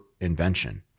invention